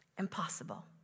impossible